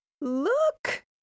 Look